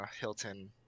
Hilton